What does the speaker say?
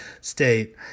state